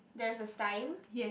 there's a sign